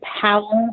power